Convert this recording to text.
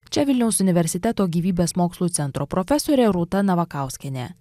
čia vilniaus universiteto gyvybės mokslų centro profesorė rūta navakauskienė